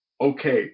Okay